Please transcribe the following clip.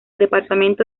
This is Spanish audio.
departamento